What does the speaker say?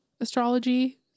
astrology